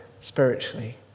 spiritually